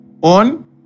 on